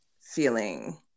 feeling